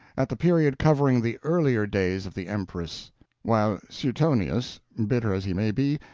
at the period covering the earlier days of the empress while suetonius, bitter as he may be,